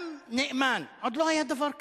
גם נאמן, עוד לא היה דבר כזה.